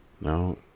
No